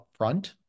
upfront